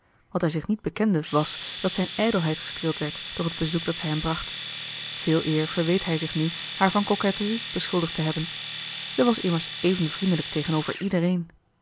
wat hij zich niet bekende was dat zijn ijdelheid gestreeld werd door het bezoek dat zij hem bracht veeleer verweet hij zich nu haar van coquetterie beschuldigd te hebben zij was immers even vriendelijk tegenover iedereen